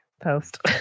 post